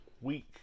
week